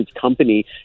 company